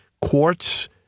quartz